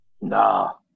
No